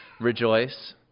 rejoice